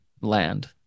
land